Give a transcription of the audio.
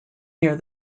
near